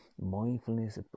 mindfulness